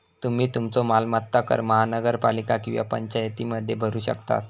तुम्ही तुमचो मालमत्ता कर महानगरपालिका किंवा पंचायतीमध्ये भरू शकतास